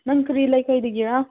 ꯅꯪ ꯀꯔꯤ ꯂꯩꯀꯥꯏꯗꯒꯤꯔꯥ